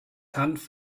hanf